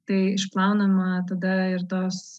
tai išplaunama tada ir tas